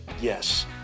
yes